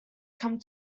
come